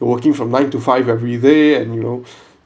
working from nine to five every day and you know